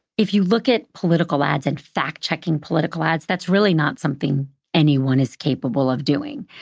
if you look at political ads and fact checking political ads, that's really not something anyone is capable of doing.